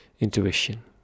intuition